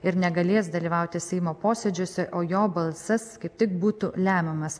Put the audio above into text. ir negalės dalyvauti seimo posėdžiuose o jo balsas kaip tik būtų lemiamas